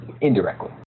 indirectly